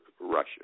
Russia